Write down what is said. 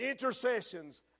intercessions